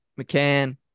McCann